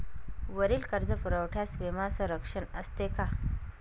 वरील कर्जपुरवठ्यास विमा संरक्षण असते का?